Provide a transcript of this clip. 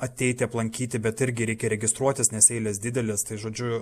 ateiti aplankyti bet irgi reikia registruotis nes eilės didelės tai žodžiu